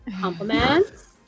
compliments